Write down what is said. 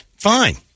fine